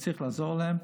אם צריך לעזור להם,